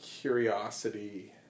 curiosity